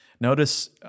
Notice